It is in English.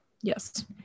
Yes